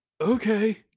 Okay